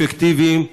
אפקטיביים.